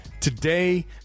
today